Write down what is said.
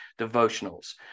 devotionals